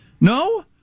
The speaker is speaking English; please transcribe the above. No